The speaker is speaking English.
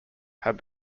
had